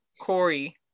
Corey